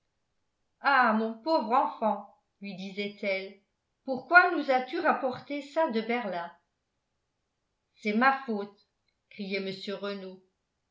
ah mon pauvre enfant lui disait-elle pourquoi nous as-tu rapporté ça de berlin c'est ma faute criait mr renault